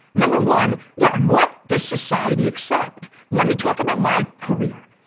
number one, yeah what does society accept? let me talk about my career.